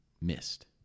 missed